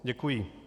Děkuji.